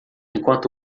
enquanto